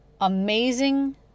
amazing